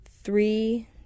three